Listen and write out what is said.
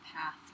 path